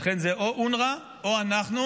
לכן זה או אונר"א או אנחנו,